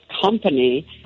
company